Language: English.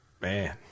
Man